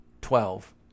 twelve